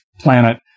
planet